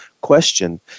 question